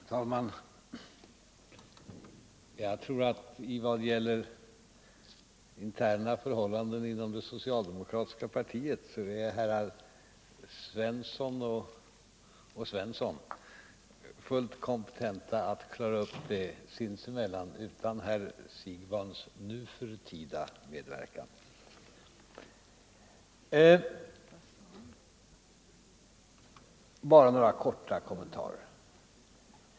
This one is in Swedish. Fru talman! Jag tror att i vad gäller interna förhållanden inom det socialdemokratiska partiet är herrar Svensson i Kungälv och Svensson i Eskilstuna fullt kompetenta att klara upp dem sinsemellan utan herr Siegbahns medverkan — nu för tiden. Bara några korta kommentarer!